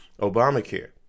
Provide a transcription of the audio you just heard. Obamacare